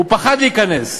הוא פחד להיכנס.